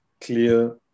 clear